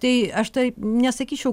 tai aš taip nesakyčiau